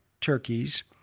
turkeys